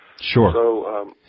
Sure